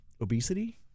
Obesity